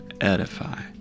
edify